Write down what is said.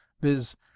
viz